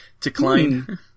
Decline